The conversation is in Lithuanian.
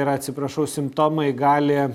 yra atsiprašau simptomai gali